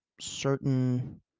certain